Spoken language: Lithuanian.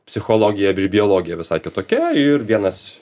psichologijabei biologija visai kitokia ir vienas